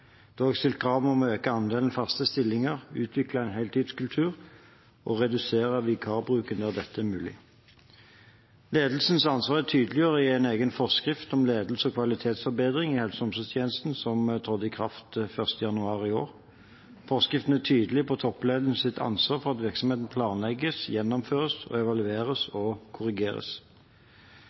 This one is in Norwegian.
er også stilt krav om å øke andelen faste stillinger, utvikle en heltidskultur og redusere vikarbruken der det er mulig. Ledelsens ansvar er tydeligere i en egen forskrift om ledelse og kvalitetsforbedring i helse- og omsorgstjenesten som trådde i kraft 1. januar i år. Forskriften er tydelig på toppledelsens ansvar for at virksomheten planlegges, gjennomføres, evalueres og korrigeres.